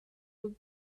would